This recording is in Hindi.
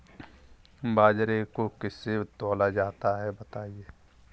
बाजरे को किससे तौला जाता है बताएँ?